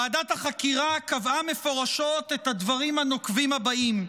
ועדת החקירה קבעה מפורשות את הדברים הנוקבים הבאים: